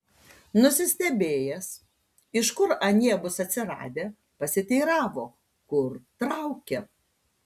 nusistebėjęs iš kur anie bus atsiradę pasiteiravo kur traukia